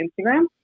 Instagram